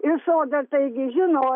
ir sodra taigi žino